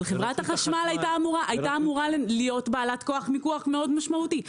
אבל חברת החשמל הייתה אמורה להיות בעלת כוח מיקוח מאוד משמעותי.